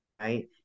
Right